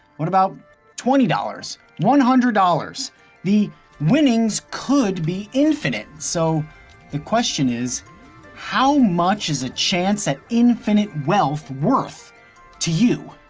what about twenty dollars, one hundred? the winnings could be infinite so the question is how much is a chance at infinite wealth worth to you?